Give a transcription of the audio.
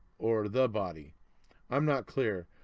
or the body i'm not clear.